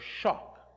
shock